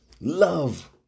love